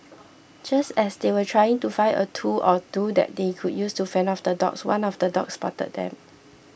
just as they were trying to find a tool or two that they could use to fend off the dogs one of the dogs spotted them